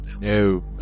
No